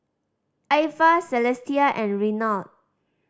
Ivah Celestia and Renard